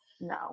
No